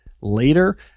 later